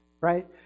right